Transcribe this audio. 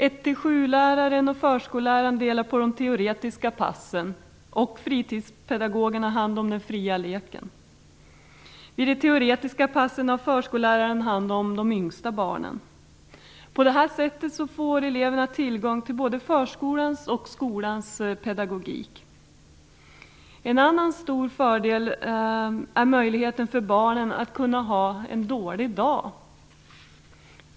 1-7-läraren och förskolläraren delar på de teoretiska passen, och fritidspedagogen har hand om den fria leken. Vid de teoretiska passen har förskolläraren hand om de yngsta barnen. På det här sättet får eleverna tillgång till både förskolans och skolans pedagogik. En annan stor fördel är möjligheten för barnen att ha en dålig dag.